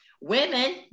Women